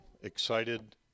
excited